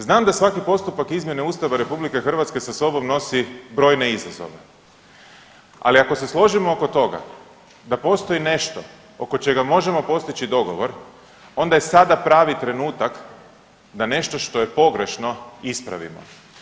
Znam da svaki postupak izmjene Ustava RH sobom nosi brojne izazove, ali ako se složimo oko toga da postoji nešto oko čega možemo postići dogovor, onda je sada pravi trenutak da nešto što je pogrešno ispravimo.